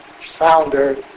founder